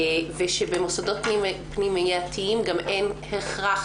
ושבמוסדות פנימייתיים גם אין הכרח,